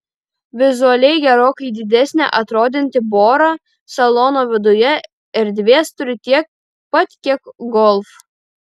vizualiai gerokai didesnė atrodanti bora salono viduje erdvės turi tiek pat kiek golf